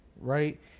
Right